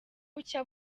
bucya